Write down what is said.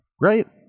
right